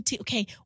Okay